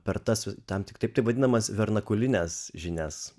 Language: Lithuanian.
per tas tam tiktai taip vadinamas vernakulines žinias